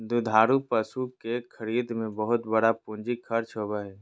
दुधारू पशु के खरीद में बहुत बड़ा पूंजी खर्च होबय हइ